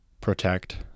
protect